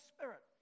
Spirit